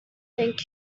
thank